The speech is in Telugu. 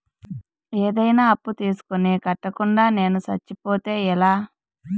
ఏదైనా అప్పు తీసుకొని కట్టకుండా నేను సచ్చిపోతే ఎలా